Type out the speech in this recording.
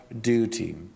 duty